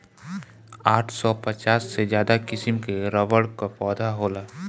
आठ सौ पचास से ज्यादा किसिम कअ रबड़ कअ पौधा होला